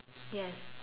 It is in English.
yes